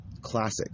Classics